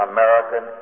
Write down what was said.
American